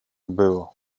było